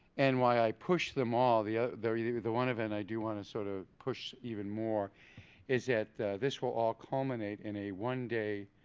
and why i push them all, the, they're either, the one event i do want to sort of push even more is that this will all culminate in a one day,